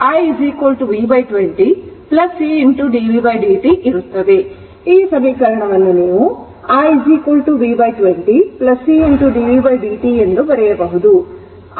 ಈ ಸಮೀಕರಣವನ್ನು i v20 c d vd t ಎಂದು ಬರೆಯಬಹುದು